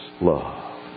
love